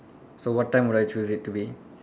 so what time would I choose it to be